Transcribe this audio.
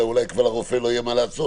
אלא אולי לרופא כבר לא יהיה מה לעשות?